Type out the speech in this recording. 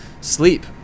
Sleep